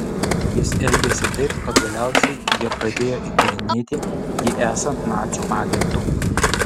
jis elgėsi taip kad galiausiai jie pradėjo įtarinėti jį esant nacių agentu